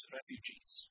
refugees